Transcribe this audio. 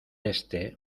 este